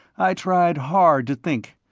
i tried hard to think.